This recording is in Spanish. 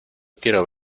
quiero